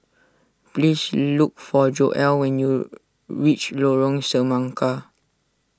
please look for Joel when you reach Lorong Semangka